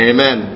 Amen